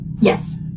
Yes